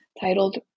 titled